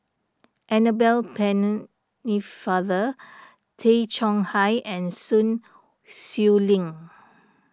Annabel Pennefather Tay Chong Hai and Sun Xueling